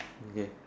okay